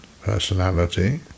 personality